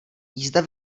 jízda